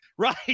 Right